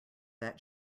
that